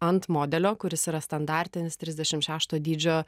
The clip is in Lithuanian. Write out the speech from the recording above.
ant modelio kuris yra standartinis trisdešimt šešto dydžio